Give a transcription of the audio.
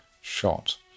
shot